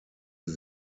sie